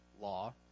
law